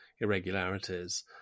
irregularities